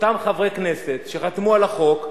אותם חברי כנסת שחתמו על החוק,